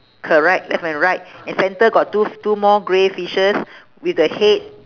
correct left and right and center got two f~ two more grey fishes with the head